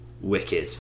wicked